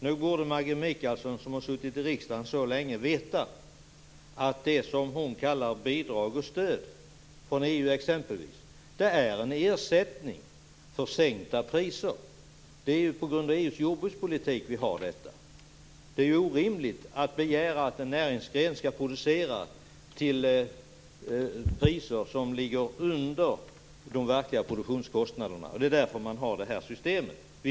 Nog borde Maggi Mikaelsson som så länge suttit i riksdagen veta att det som hon kallar bidrag och stöd, exempelvis från EU, är en ersättning för sänkta priser. Det är ju på grund av EU:s jordbrukspolitik som vi har den ordningen. Det är orimligt att begära att en näringsgren skall producera till priser som ligger under de verkliga produktionskostnaderna. Därför har man det här systemet.